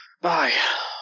Bye